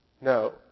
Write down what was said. No